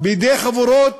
בידי חבורות